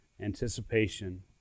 anticipation